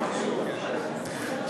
נביל מנסור.